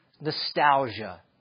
nostalgia